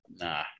Nah